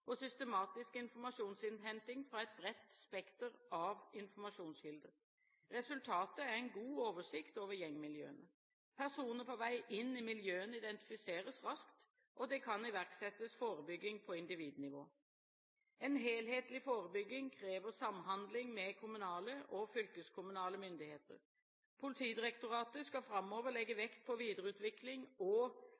og systematisk informasjonsinnhenting fra et bredt spekter av informasjonskilder. Resultatet er en god oversikt over gjengmiljøene. Personer på vei inn i miljøene identifiseres raskt, og det kan iverksettes forebygging på individnivå. En helhetlig forebygging krever samhandling med kommunale og fylkeskommunale myndigheter. Politidirektoratet skal framover legge